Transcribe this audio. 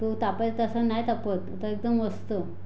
तो तापायचा तसा नाही तापत आता एकदम मस्त